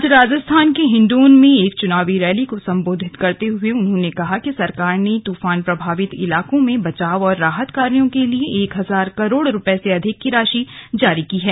आज राजस्थान के हिण्डोन में एक चुनाव रैली को संबोधित करते हुए उन्होंने कहा कि सरकार ने तूफान प्रभावित इलाकों में बचाव और राहत कार्यों के लिए एक हजार करोड़ रूपये से अधिक की राशि जारी की है